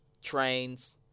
Trains